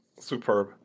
Superb